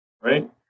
right